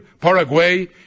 Paraguay